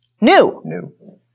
new